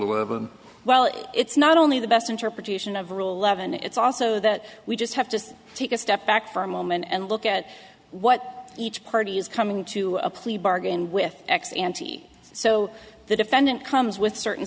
eleven well it's not only the best interpretation of ruhleben it's also that we just have to take a step back for a moment and look at what each party is coming to a plea bargain with ex ante so the defendant comes with certain